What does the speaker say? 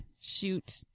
shoot